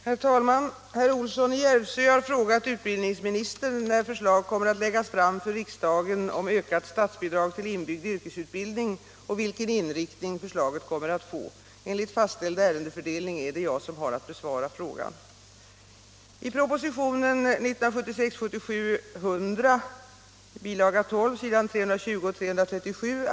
Herr talman! Herr Olsson i Järvsö har frågat utbildningsministern när förslag kommer att läggas fram för riksdagen om ökat statsbidrag till inbyggd yrkesutbildning och vilken inriktning förslaget kommer att få. Enligt fastställd ärendefördelning är det jag som har att besvara frågan. I propositionen 1976/77:100 (bil.